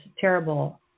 terrible